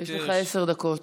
יש לך עשר דקות.